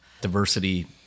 diversity